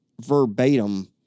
verbatim